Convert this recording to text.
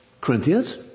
Corinthians